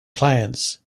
clients